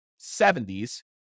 70s